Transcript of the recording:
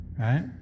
right